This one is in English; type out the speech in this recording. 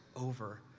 over